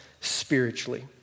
spiritually